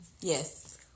Yes